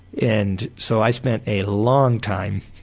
and so i spent a long time